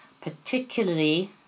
particularly